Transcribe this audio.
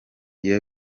iyo